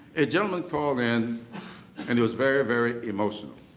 a gentleman called in and he was very, very emotional.